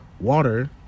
Water